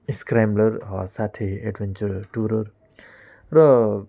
scrambler साथै adventurer tourer र